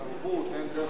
אין דרך התנהלות,